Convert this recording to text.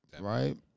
Right